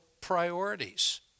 priorities